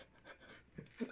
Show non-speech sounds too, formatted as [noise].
[laughs]